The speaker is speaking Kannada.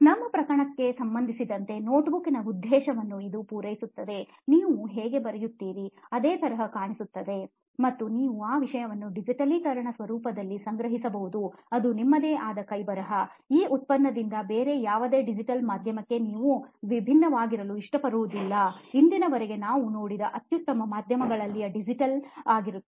ನಮ್ಮ ಪ್ರಕರಣಕ್ಕೆ ಸಂಬಂಧಿಸಿದಂತೆ ನೋಟ್ಬುಕ್ನ ಉದ್ದೇಶವನ್ನು ಇದು ಪೂರೈಸುತ್ತಿದೆನೀವು ಹೇಗೆ ಬರೆಯುತ್ತೀರಿ ಅದೇ ತರಹ ಕಾಣಿಸುತ್ತದೆ ಮತ್ತು ನೀವು ಆ ವಿಷಯವನ್ನು ಡಿಜಿಟಲೀಕರಿಸಿದ ಸ್ವರೂಪದಲ್ಲಿ ಸಂಗ್ರಹಿಸಬಹುದು ಅದು ನಿಮ್ಮದೇ ಕೈಬರಹ ಈ ಉತ್ಪನ್ನದಿಂದ ಬೇರೆ ಯಾವುದೇ ಡಿಜಿಟಲ್ ಮಾಧ್ಯಮಕ್ಕೆ ನೀವು ಭಿನ್ನವಾಗಿರಲು ಇಷ್ಟಪಡಬೇಕಾಗಿಲ್ಲ ಇಂದಿನವರೆಗೂ ನಾವು ನೋಡುವ ಅತ್ಯುತ್ತಮ ಮಾಧ್ಯಮಗಳಲ್ಲಿನ ಡಿಜಿಟಲ್ ಆಗಿರುತ್ತದೆ